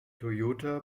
toyota